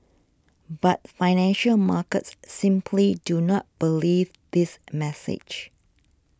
but financial markets simply do not believe this message